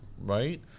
right